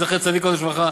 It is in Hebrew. זכר צדיק וקדוש לברכה,